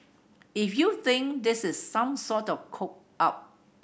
if you think this is some sort of cop out